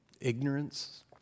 ignorance